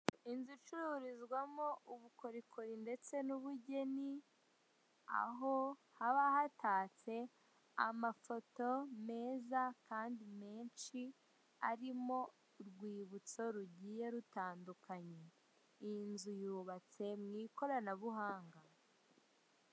Inzu icururizwamo ubukorikori ndetse n'ubugeni, aho haba hatatse amafoto meza kandi menshi arimo urwibutso rugiye rutandukanye. Iyi nzu yubatse mu ikoranabuhanga.